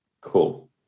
Cool